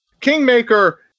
Kingmaker